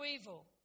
evil